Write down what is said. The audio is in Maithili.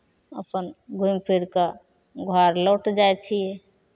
अपन घुमि फिरि कऽ घर लौट जाइ छी